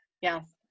yes